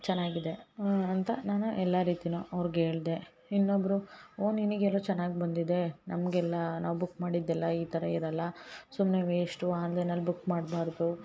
ಚೆನ್ನಾಗಿದೆ ಅಂತ ನಾನು ಎಲ್ಲಾ ರೀತಿನು ಅವ್ರ್ಗೆ ಹೇಳ್ದೆ ಇನ್ನೊಬ್ಬರು ಓ ನಿನಿಗೆ ಎಲ್ಲೋ ಚೆನ್ನಾಗಿ ಬಂದಿದೆ ನಮಗೆಲ್ಲ ನಾವು ಬುಕ್ ಮಾಡಿದ್ದೆಲ್ಲ ಈ ಥರ ಇರಲ್ಲ ಸುಮ್ಮನೆ ವೇಷ್ಟು ಆನ್ಲೈನಲ್ಲಿ ಬುಕ್ ಮಾಡ್ಬಾರದು